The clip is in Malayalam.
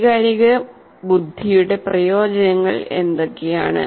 വൈകാരിക ബുദ്ധിയുടെ പ്രയോജനങ്ങൾ എന്തൊക്കെയാണ്